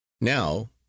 now